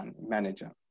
manager